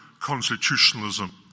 constitutionalism